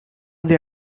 they